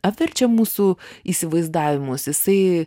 apverčia mūsų įsivaizdavimus jisai